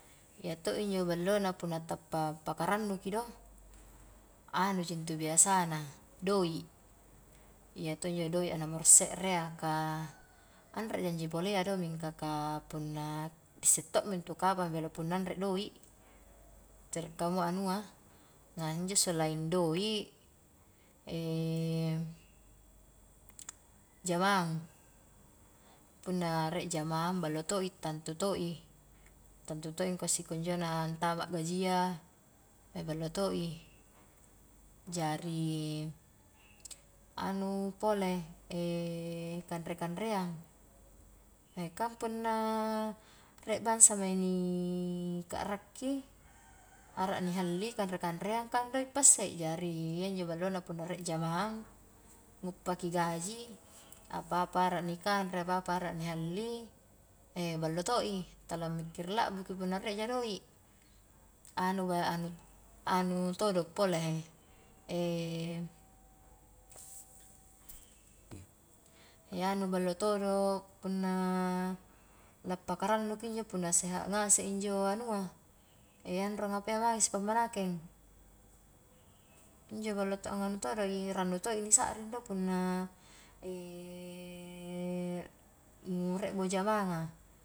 Iya to injo ballona punna tappa paka rannu ki do, anuji intu biasana doik, iya to injo doik a nomor se're iya, ka anreja injo polea do, mingka ka punna ni isse to mintu kapang bela punna anre doik, ntere kamua anua na injo selain doik, jamaang punna rie jamaang ballo to i tantu to i, tantu to i angkua sikunjo na antama gajia, ballo to i, jari, anu pole kanre-kanreang, kan punna riek bangsa mae ni ka'rakki, arak nihalli kanre-kanreang kan doik pa isse, jari iya injo ballona punna rie jamaang, nguppaki gaji,, apa-apa arak nikanre apa-apa arak ni halli, ballo to i, tala mikkiri labbu ki punna rieja doik, anu ba anu, anu todo pole he, anu ballo todo punna la pakarannuki injo, punna seha' ngase injo anua, anronga apa ya mange sipammanakeng, injo ballo to anganu todoi rannu to i ni sakring do punna nu rie mo jamaang a.